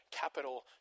capital